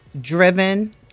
driven